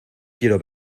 quiero